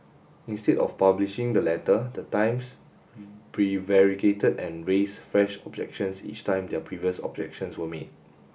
instead of publishing the letter the Times prevaricated and raised fresh objections each time their previous objections were met